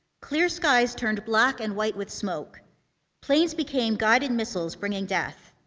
clear skies turned black and white with smoke planes became guided missiles, bringing death.